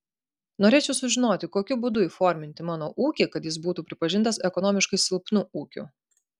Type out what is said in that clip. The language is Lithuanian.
norėčiau sužinoti kokiu būdu įforminti mano ūkį kad jis būtų pripažintas ekonomiškai silpnu ūkiu